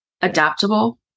adaptable